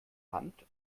hand